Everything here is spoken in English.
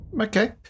Okay